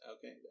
Okay